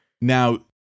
Now